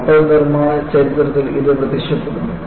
കപ്പൽ നിർമ്മാണ ചരിത്രത്തിൽ ഇത് പ്രത്യക്ഷപ്പെടുന്നു